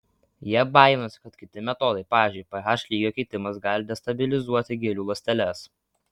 jie baiminosi kad kiti metodai pavyzdžiui ph lygio keitimas gali destabilizuoti gėlių ląsteles